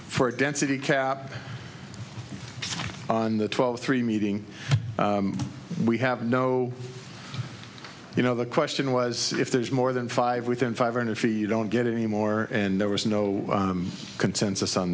for density cap on the twelve three meeting we have no you know the question was if there's more than five within five hundred feet you don't get any more and there was no consensus on